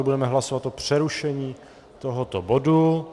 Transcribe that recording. Budeme hlasovat o přerušení tohoto bodu.